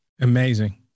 Amazing